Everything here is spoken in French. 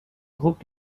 groupe